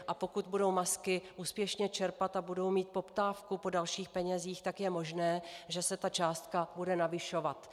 A pokud budou MASky úspěšně čerpat a budou mít poptávku po dalších penězích, tak je možné, že se ta částka bude navyšovat.